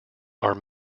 are